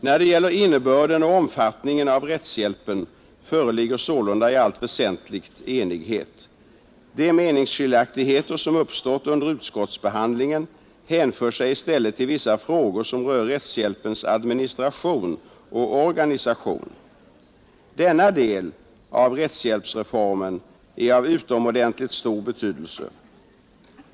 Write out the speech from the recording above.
När det gäller innebörden och omfattningen av rättshjälpen föreligger sålunda i allt väsentligt enighet. De meningsskiljaktigheter som uppstått under utskottsbehandlingen hänför sig i stället till vissa frågor som rör rättshjälpens administration och organisation. Denna del av rättshjälpsreformen är av utomordentligt stor betydelse.